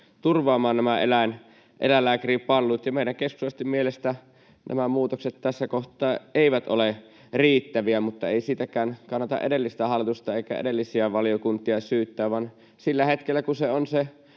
turvaamaan nämä eläinlääkäripalvelut. Meidän keskustalaisten mielestä nämä muutokset tässä kohtaa eivät ole riittäviä, mutta ei siitäkään kannata edellistä hallitusta eikä edellisiä valiokuntia syyttää, vaan sillä hetkellä, kun laki on